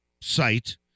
site